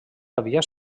havia